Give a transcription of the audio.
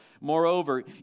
Moreover